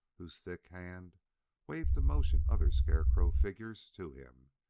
whose thick hand waved to motion other scarecrow figures to him,